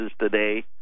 today